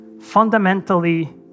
fundamentally